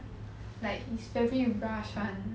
like it's very rush [one]